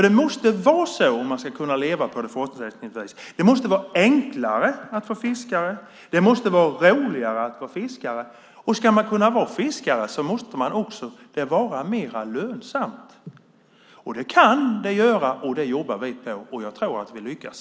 Det måste - om man ska kunna leva på det fortsättningsvis - vara enklare och roligare att vara fiskare, och ska man kunna vara fiskare måste det också vara mer lönsamt. Det kan det vara. Det jobbar vi på, och jag tror att vi lyckas.